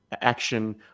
action